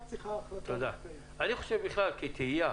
בכלל, כתהייה,